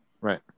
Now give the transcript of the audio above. Right